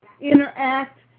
interact